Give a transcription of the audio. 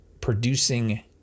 producing